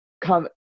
come